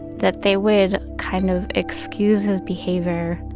that they wo uld kind of excuse his behavior,